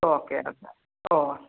okay എന്നാൽ okay